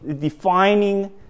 defining